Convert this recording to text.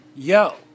Yo